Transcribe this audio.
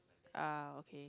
ah okay